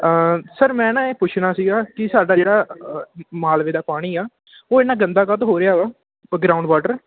sir ਮੈਂ ਨਾ ਇਹ ਪੁੱਛਣਾ ਸੀਗਾ ਕਿ ਸਾਡਾ ਜਿਹੜਾ ਮਾਲਵੇ ਦਾ ਪਾਣੀ ਆ ਉਹ ਇਹਨਾਂ ਗੰਦਾ ਕਾਹਤੋਂ ਹੋ ਰਿਹਾ ਹੈ ਗਰਾਉਂਡ ਵਾਟਰ